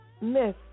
Miss